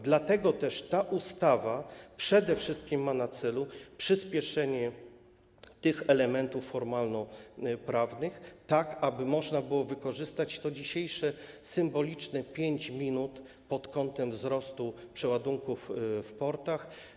Dlatego też ta ustawa przede wszystkim ma na celu przyspieszenie w zakresie tych elementów formalnoprawnych, tak aby można było wykorzystać te dzisiejsze symboliczne 5 minut pod kątem wzrostu przeładunków w portach.